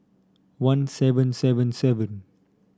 one seven seven seven